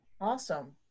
Awesome